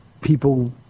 people